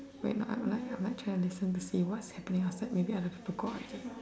wait I'm like I'm like trying to listen to see what's happening outside maybe other people go out already